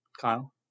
Kyle